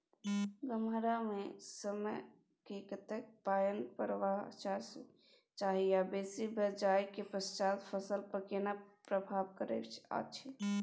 गम्हरा के समय मे कतेक पायन परबाक चाही आ बेसी भ जाय के पश्चात फसल पर केना प्रभाव परैत अछि?